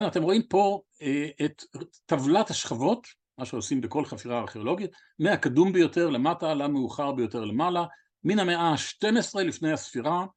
ואתם רואים פה את טבלת השכבות, מה שעושים בכל חפירה ארכיאולוגית, מהקדום ביותר למטה למאוחר ביותר למעלה, מן המאה ה-12 לפני הספירה.